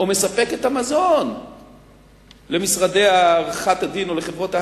או מספק את המזון למשרדי עריכת-הדין או לחברות ההיי-טק,